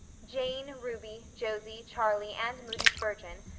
jane, ruby, josie, charlie, and moody spurgeon,